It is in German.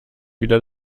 wieder